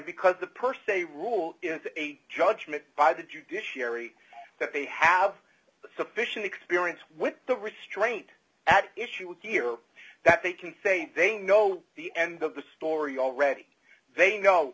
because the per se rule a judgement by the judiciary that they have sufficient experience with the restraint at issue here that they can say they know the end of the story already they